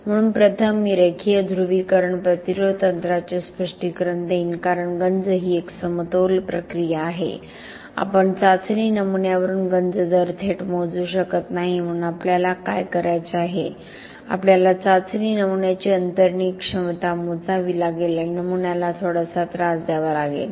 म्हणून प्रथम मी रेखीय ध्रुवीकरण प्रतिरोध तंत्रांचे स्पष्टीकरण देईन कारण गंज ही एक समतोल प्रक्रिया आहे आपण चाचणी नमुन्यावरून गंज दर थेट मोजू शकत नाही म्हणून आपल्याला काय करायचे आहे आपल्याला चाचणी नमुन्याची अंतर्निहित क्षमता मोजावी लागेल आणि नमुन्याला थोडासा त्रास द्यावा लागेल